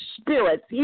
spirits